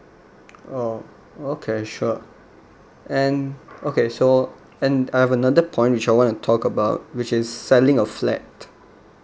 oh okay sure and okay so and I've another point which I want to talk about which is selling a flat